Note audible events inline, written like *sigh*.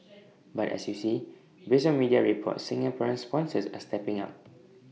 *noise* but as you see based on media reports Singaporean sponsors are stepping up